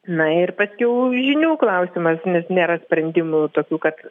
na ir paskiau žinių klausimas nes nėra sprendimų tokių kad